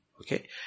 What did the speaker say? okay